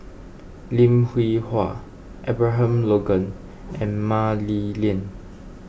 Lim Hwee Hua Abraham Logan and Mah Li Lian